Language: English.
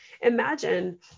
imagine